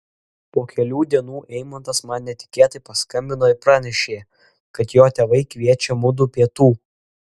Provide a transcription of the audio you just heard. po kelių dienų eimantas man netikėtai paskambino ir pranešė kad jo tėvai kviečia mudu pietų